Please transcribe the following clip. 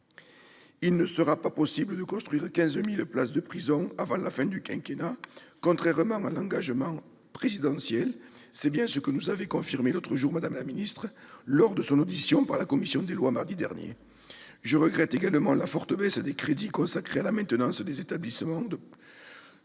il ne sera pas possible de construire 15 000 places de prison avant la fin du quinquennat, contrairement à l'engagement présidentiel. C'est bien ce que nous a confirmé Mme la ministre lors de son audition par la commission des lois, mardi dernier. Je regrette également la forte baisse des crédits consacrés à la maintenance des établissements, baisse